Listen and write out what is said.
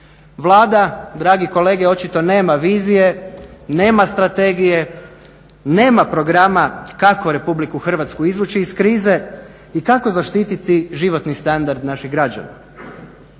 Vlada dragi kolege očito nema vizije nema strategije, nema programa kako RH izvući iz krize i kako zaštiti životni standard naših građana.